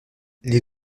les